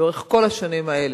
לאורך כל השנים האלה.